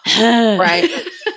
right